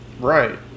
Right